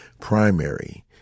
primary